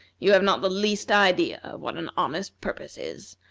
you have not the least idea what an honest purpose is.